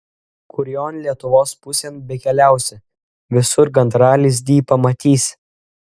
kurion lietuvos pusėn bekeliausi visur gandralizdį pamatysi